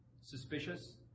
suspicious